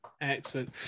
Excellent